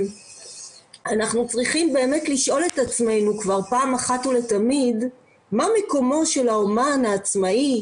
אנחנו צריכים לשאול את עצמנו פעם אחת ולתמיד מה מקומו של האומן העצמאי